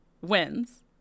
wins